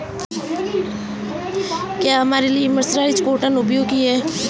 क्या हमारे लिए मर्सराइज्ड कॉटन उपयोगी है?